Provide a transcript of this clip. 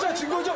to go